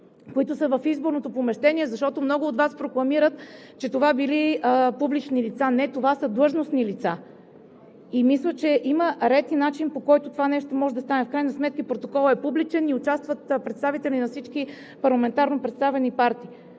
които са в изборното помещение, защото много от вас прокламират, че това били публични лица. Не, това са длъжностни лица и мисля, че има ред и начин, по който това нещо може да стане. В крайна сметка и протоколът е публичен и участват представители на всички парламентарно представени партии.